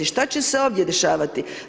Šta će se ovdje dešavati?